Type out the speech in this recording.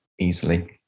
easily